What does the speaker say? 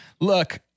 Look